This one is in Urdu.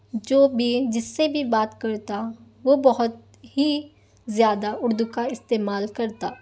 جو بھی جس سے بھی بات کرتا وہ بہت ہی زیادہ اردو کا استعمال کرتا